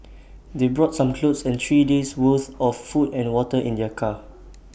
they brought some clothes and three days' worth of food and water in their car